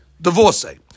divorcee